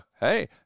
hey